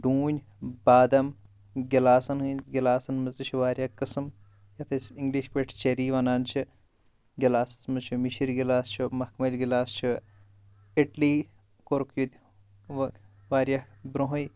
ڈوٗنۍ بادم گلاسن ہٕنٛدۍ گلاسن منٛز تہِ چھِ واریاہ قسٕم یتھ أسۍ انگلش پٲٹھۍ چیری ونان چھِ گلاسن منٛز چھِ مشری گلاس چھُ مکھمٔلۍ گلاس چھِ اٹلی کوٚرُکھ ییٚتہِ واریاہ برٛونٛہے